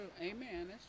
Amen